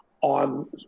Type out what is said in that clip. on